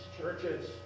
churches